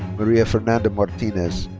maria fernanda martinez.